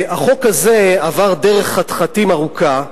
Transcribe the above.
החוק הזה עבר דרך חתחתים ארוכה,